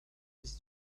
his